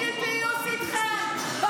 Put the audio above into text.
רציתי פיוס איתכם.